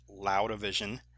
loudavision